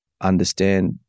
understand